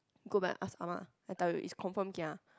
go back and ask Ah-Ma I tell you it's confirm kia